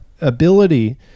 ability